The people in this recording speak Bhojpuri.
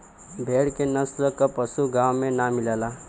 भेड़ के नस्ल क पशु गाँव में ना मिलला